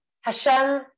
Hashem